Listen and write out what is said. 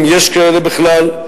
אם יש כאלה בכלל,